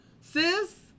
Sis